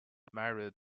married